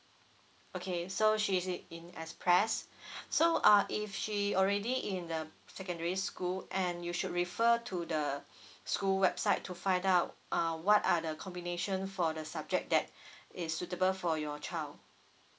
okay so she's i~ in express so uh if she already in the secondary school and you should refer to the school website to find out uh what are the combination for the subject that is suitable for your child